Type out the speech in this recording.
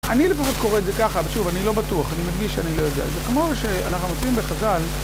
אני לפחות קורא את זה ככה, ושוב, אני לא בטוח, אני מדגיש שאני לא יודע, זה כמו שאנחנו מוצאים בחז"ל